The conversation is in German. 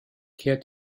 kehrt